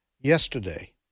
Yesterday